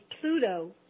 Pluto